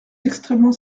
extrêmement